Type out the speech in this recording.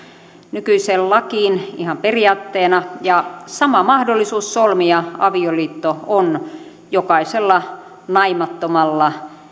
nykyiseen lakiin ihan periaatteena ja sama mahdollisuus solmia avioliitto on jokaisella naimattomalla